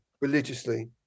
religiously